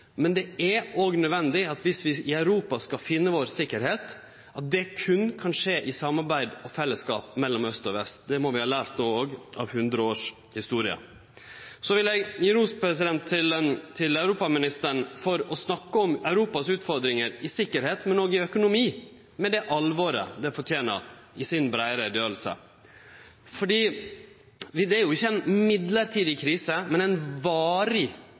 men det er òg nødvendig dersom vi i Europa skal finne vår sikkerheit, at dette berre kan skje i samarbeid og fellesskap mellom aust og vest. Det må vi òg ha lært av 100 års historie. Så vil eg gje ros til europaministeren for å snakke om Europas utfordringar når det gjeld sikkerheit, men òg økonomi, med det alvoret det fortener, i si breie utgreiing. Det er jo ikkje ei mellombels krise, men